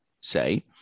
say